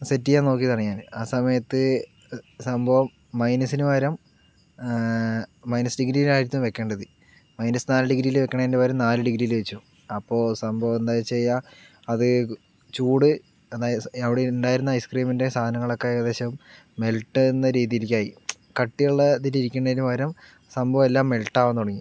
set ചെയ്യാൻ നോക്കിയതാണ് ഞാന് ആ സമയത്ത് സംഭവം മൈനസിന് പകരം മൈനസ് ഡിഗ്രിലാരുന്നു വെയ്ക്കേണ്ടത് മൈനസ് നാല് ഡിഗ്രീല് വെയ്ക്കണേന് പകരം നാല് ഡിഗ്രില് വെച്ചു അപ്പോൾ സംഭവം എന്തായീ വെച്ചെയ്യാ അത് ചൂട് അതായ അവിടെ ഉണ്ടായിരുന്ന ഐസ് ക്രീമിൻ്റെ സാധനങ്ങളൊക്കെ ഏകദേശം മെൽട്ട് എന്ന രീതീലേക്കായി കട്ടിയുള്ള ഇതില് ഇരിക്കണതിന് പകരം സംഭവം എല്ലാം മെൽട്ട് ആകാൻ തുടങ്ങി